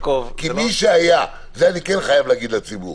אני כן חייב לומר לציבור